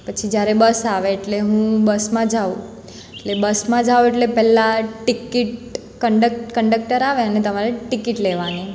પછી જ્યારે બસ આવે એટલે હું બસમાં જાઉં એટલે બસમાં જાઉં એટલે પહેલાં ટિકિટ કંડક્ટ કંડક્ટર આવે અને તમારે ટિકિટ લેવાની